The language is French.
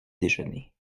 déjeuner